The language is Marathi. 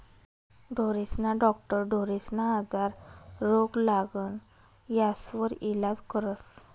ढोरेस्ना डाक्टर ढोरेस्ना आजार, रोग, लागण यास्वर इलाज करस